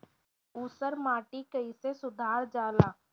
ऊसर माटी कईसे सुधार जाला?